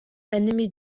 enemy